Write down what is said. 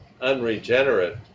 unregenerate